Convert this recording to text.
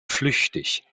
flüchtig